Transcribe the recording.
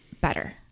better